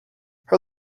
her